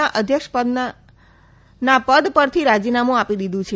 ના અધ્યક્ષપદના પદ પરથી રાજીનામું આપી દીધું છે